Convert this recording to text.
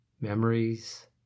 memories